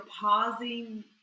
pausing